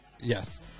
yes